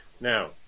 now